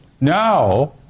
Now